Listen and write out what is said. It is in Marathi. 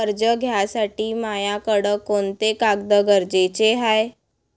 कर्ज घ्यासाठी मायाकडं कोंते कागद गरजेचे हाय?